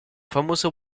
famoso